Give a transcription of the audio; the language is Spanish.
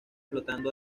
flotando